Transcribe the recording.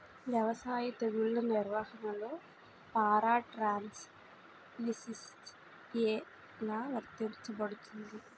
వ్యవసాయ తెగుళ్ల నిర్వహణలో పారాట్రాన్స్జెనిసిస్ఎ లా వర్తించబడుతుంది?